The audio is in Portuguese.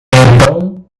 então